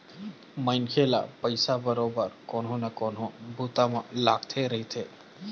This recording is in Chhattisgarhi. मनखे ल पइसा बरोबर कोनो न कोनो बूता म लगथे रहिथे